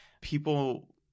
People